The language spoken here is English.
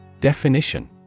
Definition